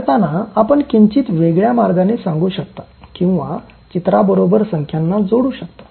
हे करताना आपण किंचित वेगळ्या मार्गाने सांगू शकता किंवा चित्राबरोबर संख्यांना जोडू शकता